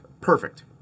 Perfect